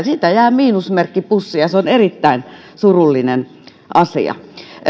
siitä jää miinusmerkki pussiin ja se on erittäin surullinen asia